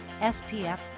SPF